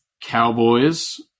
Cowboys